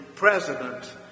president